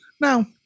Now